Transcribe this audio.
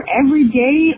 everyday